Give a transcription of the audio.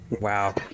Wow